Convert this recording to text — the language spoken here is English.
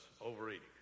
overeating